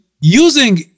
using